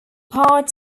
part